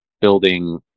building